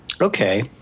Okay